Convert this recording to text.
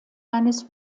eines